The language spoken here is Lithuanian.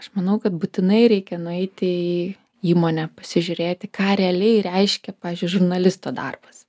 aš manau kad būtinai reikia nueiti į įmonę pasižiūrėti ką realiai reiškia pavyzdžiui žurnalisto darbas